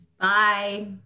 Bye